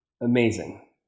amazing